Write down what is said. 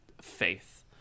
faith